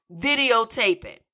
videotaping